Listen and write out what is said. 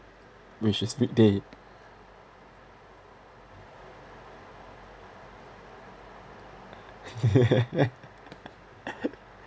which is weekday